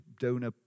donor